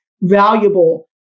valuable